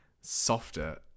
softer